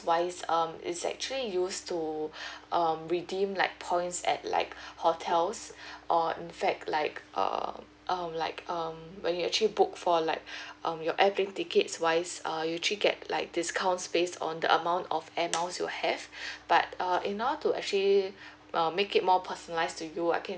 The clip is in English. wise um is actually used to um redeem like points at like hotels or in fact like err um like um when you actually book for like um your airplane tickets wise err you actually get like discounts based on the amount of Air Miles you have but err in order to actually err make it more personalise to you I can